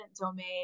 domain